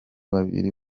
babiri